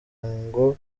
ngo